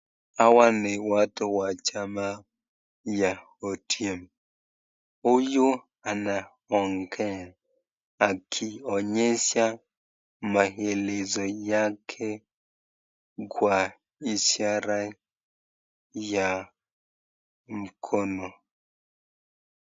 Hawa ni watu wa chama ya ODM huyu anaongea akionyesha maelezo yake kwa ishara ya mkono.